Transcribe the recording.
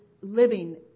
living